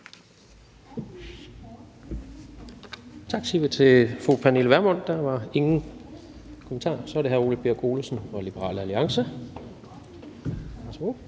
Tak siger vi til fru Pernille Vermund. Der var ingen kommentarer. Så er det hr. Ole Birk Olesen fra Liberal Alliance.